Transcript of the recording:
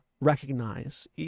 recognize